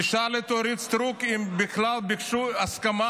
תשאל את אורית סטרוק אם בכלל ביקשו הסכמה